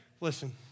Listen